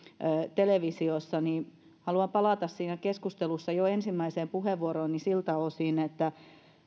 televisiossa niin haluan palata siinä keskustelussa ensimmäiseen puheenvuorooni siltä osin että